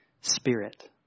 spirit